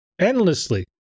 endlessly